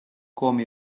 come